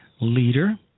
leader